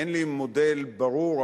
אין לי מודל ברור,